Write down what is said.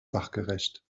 sachgerecht